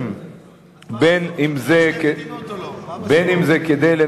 בין אם זה, מה בסוף, אתה